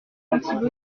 apprenti